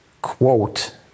quote